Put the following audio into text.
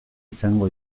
izango